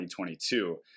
2022